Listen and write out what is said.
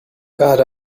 god